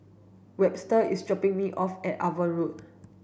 Webster is dropping me off at Avon Road